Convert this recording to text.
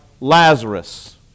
Lazarus